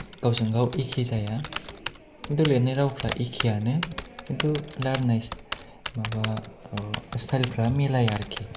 गावजों गाव एखे जाया खिन्थु लिरनाय रावफ्रा एखेआनो खिन्थु रायज्लायनाय माबा स्टाइलफ्रा मिलाया आरोखि